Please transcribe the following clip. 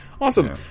Awesome